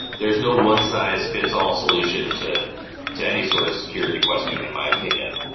there is no one-size-fits-all solution to to any sort of security question in my opinion.